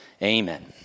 Amen